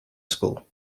school